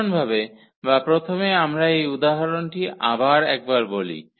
সাধারণভাবে বা প্রথমে আমরা এই উদাহরণটি আবার একবার বলি